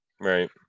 Right